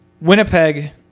Winnipeg